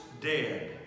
dead